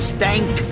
Stank